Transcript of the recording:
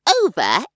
over